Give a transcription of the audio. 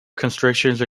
constriction